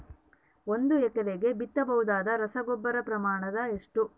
ಒಂದು ಎಕರೆಗೆ ಬಿತ್ತಬಹುದಾದ ರಸಗೊಬ್ಬರದ ಪ್ರಮಾಣ ಎಷ್ಟು?